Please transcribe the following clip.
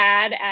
add